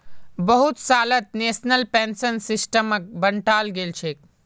बहुत सालत national pension सिस्टमक बंटाल गेलछेक